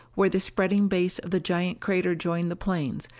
where the spreading base of the giant crater joined the plains,